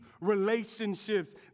relationships